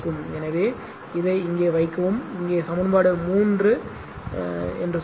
எனவே இதை இங்கே வைக்கவும் இங்கே சமன்பாடு 3 என்று சொல்லுங்கள்